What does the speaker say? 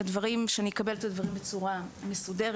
זה שאקבל את הדברים בצורה מסודרת.